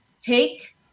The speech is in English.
take